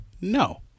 no